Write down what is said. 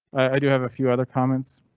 i do have a few other comments.